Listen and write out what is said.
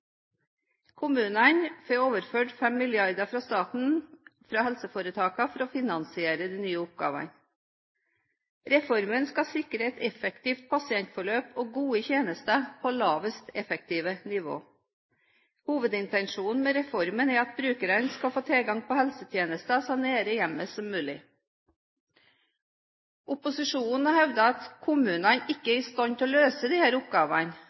Kommunene får overført 5 mrd. kr fra staten, fra helseforetakene, for å finansiere de nye oppgavene. Reformen skal sikre et effektivt pasientforløp og gode tjenester på lavest mulige effektive nivå. Hovedintensjonen med reformen er at brukerne skal få tilgang på helsetjenester så nær hjemmet som mulig. Opposisjonen hevder at kommunene ikke er i stand til å løse disse oppgavene,